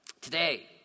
Today